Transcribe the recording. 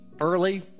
early